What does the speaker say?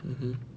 mmhmm